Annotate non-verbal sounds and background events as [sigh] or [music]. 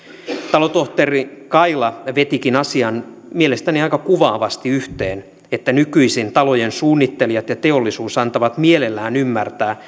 talotohtori kaila vetikin asian mielestäni aika kuvaavasti yhteen että nykyisin talojen suunnittelijat ja teollisuus antavat mielellään ymmärtää [unintelligible]